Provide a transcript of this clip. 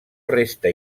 resta